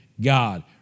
God